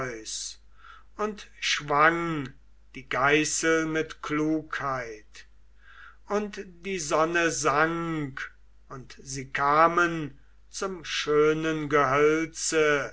und schwang die geißel mit klugheit und die sonne sank und sie kamen zum schönen gehölze